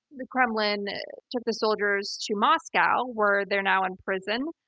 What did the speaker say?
the kremlin took the soldiers to moscow, where they're now in prison.